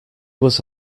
was